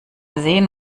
sehen